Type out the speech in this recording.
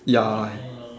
ya